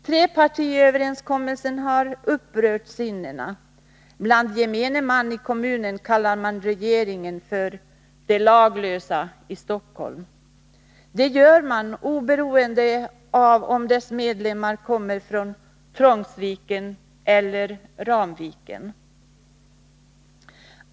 Trepartiöverenskommelsen har upprört sinnena. Gemene man i kommunen kallar regeringen för ”de laglösa i Stockholm”. Det gör man oberoende av om dess medlemmar kommer från Trångsviken eller Ramviken.